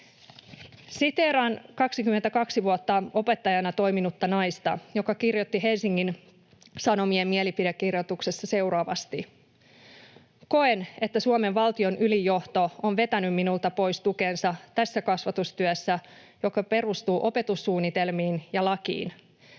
Siteeraan 22 vuotta opettajana toiminutta naista, joka kirjoitti Helsingin Sanomien mielipidekirjoituksessaan seuraavasti: ”Koen, että Suomen valtion ylin johto on vetänyt minulta pois tukensa tässä kasvatustyössä, joka perustuu opetussuunnitelmiin ja lakiin.